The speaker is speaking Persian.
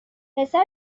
پسر